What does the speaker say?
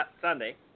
Sunday